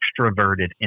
extroverted